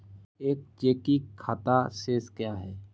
एक चेकिंग खाता शेष क्या है?